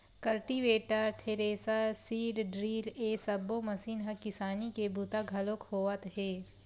cultivator, thresher, seed drill ए सब्बो machine म किसानी के बूता घलोक होवत हे